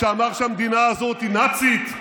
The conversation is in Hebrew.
שאמר שהמדינה הזאת היא נאצית,